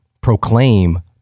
proclaim